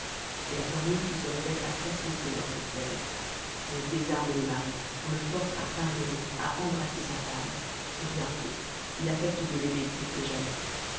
est la formule qui se répète à satiété dans ces scènes on désarme le mari on le force à pardonner à embrasser sa femme et bientôt il affecte de l'aimer plus que jamais